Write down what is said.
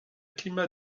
climat